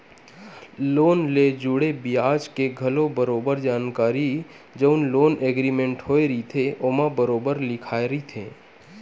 loan ले जुड़े बियाज के घलो बरोबर जानकारी जउन लोन एग्रीमेंट होय रहिथे ओमा बरोबर लिखाए रहिथे